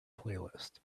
playlist